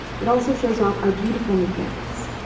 it also shows off our beautiful new campus.